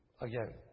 Again